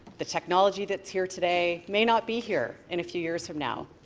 the technology that is here today may not be here in a few years from now.